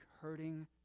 hurting